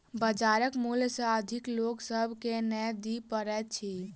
बजारक मूल्य सॅ अधिक लोक सभ के नै दिअ पड़ैत अछि